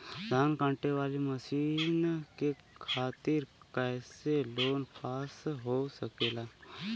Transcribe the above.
धान कांटेवाली मशीन के खातीर कैसे लोन पास हो सकेला?